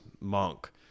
monk